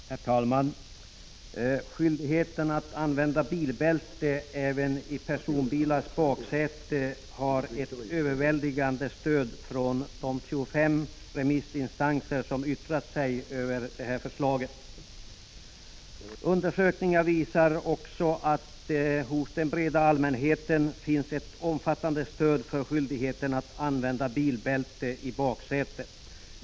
Herr talman! Förslaget om skyldigheten att använda bilbälte även i en personbils baksäte får ett överväldigande stöd av de 25 remissinstanser som har yttrat sig över förslaget. Undersökningar visar också att det hos den breda allmänheten finns ett omfattande stöd när det gäller skyldigheten att använda bilbälte i baksätet.